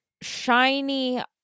shiny